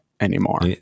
anymore